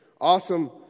Awesome